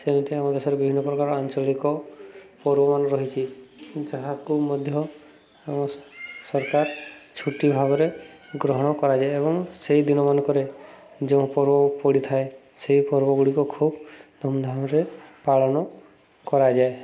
ସେମିତି ଆମ ଦେଶରେ ବିଭିନ୍ନ ପ୍ରକାର ଆଞ୍ଚଳିକ ପର୍ବ ବି ରହିଛି ଯାହାକୁ ମଧ୍ୟ ଆମ ସରକାର ଛୁଟି ଭାବରେ ଗ୍ରହଣ କରାଯାଏ ଏବଂ ସେଇ ଦିନମାନଙ୍କରେ ଯେଉଁ ପର୍ବ ପଡ଼ିଥାଏ ସେହି ପର୍ବଗୁଡ଼ିକ ଖୁବ୍ ଧୁମ୍ଧାମ୍ରେ ପାଳନ କରାଯାଏ